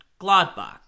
Gladbach